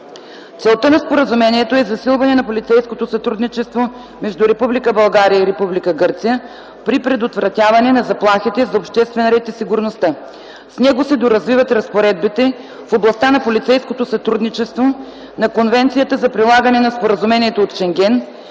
Целта на споразумението е засилване на полицейското сътрудничество между Република България и Република Гърция при предотвратяване на заплахите за обществения ред и сигурността. С него се доразвиват разпоредбите в областта на полицейското сътрудничество на Конвенцията за прилагане на Споразумението от Шенген,